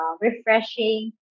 refreshing